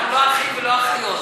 אנחנו לא אחים ולא אחיות,